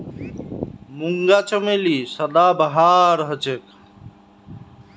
मूंगा चमेली सदाबहार हछेक